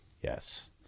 Yes